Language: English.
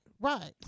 right